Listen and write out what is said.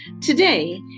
Today